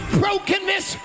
brokenness